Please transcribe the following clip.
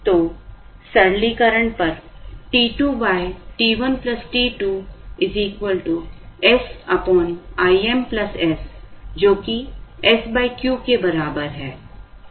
तो सरलीकरण पर t2 t1 t2 s Im s जो कि s Q के बराबर है